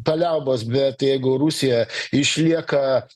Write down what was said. paliaubos bet jeigu rusija išlieka